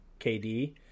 KD